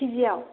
केजियाव